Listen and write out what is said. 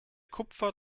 kupfer